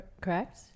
correct